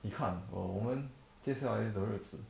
你看 err 我们接下来的日子